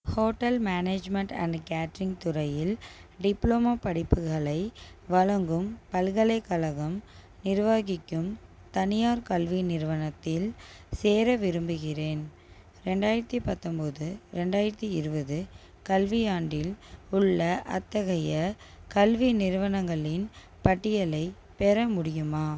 hotel management and catering துறையில் diploma படிப்புகளை வழங்கும் பல்கலைக்கழகம் நிர்வகிக்கும் தனியார் கல்வி நிறுவனத்தில் சேர விரும்புகிறேன் ரெண்டாயிரத்தி பத்தொம்போது ரெண்டாயிரத்தி இருபது கல்வியாண்டில் உள்ள அத்தகைய கல்வி நிறுவனங்களின் பட்டியலைப் பெற முடியுமா